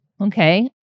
Okay